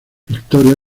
victoria